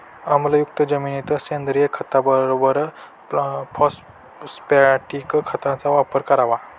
आम्लयुक्त जमिनीत सेंद्रिय खताबरोबर फॉस्फॅटिक खताचा वापर करावा